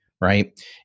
right